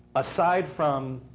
aside from,